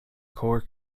core